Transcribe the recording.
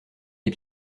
les